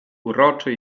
uroczy